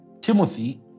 Timothy